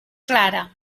clara